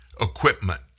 equipment